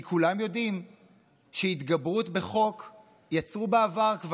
כי כולם יודעים שהתגברות בחוק יצרו כבר בעבר,